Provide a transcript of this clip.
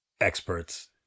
experts